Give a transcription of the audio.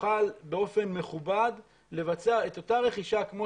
תוכל באופן מכובד לבצע את אותה רכישה כמו